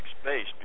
space